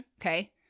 okay